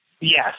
Yes